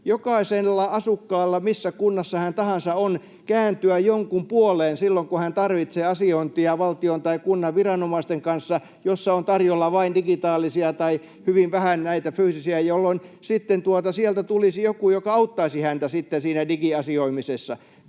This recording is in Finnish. jokaisella asukkaalla, missä kunnassa tahansa hän on, kääntyä jonkun puoleen silloin, kun hän tarvitsee asiointia valtion tai kunnan viranomaisten kanssa, jossa on tarjolla vain digitaalisia tai hyvin vähän näitä fyysisiä palveluita, jolloin sieltä sitten tulisi joku, joka auttaisi häntä sitten siinä digiasioimisessa.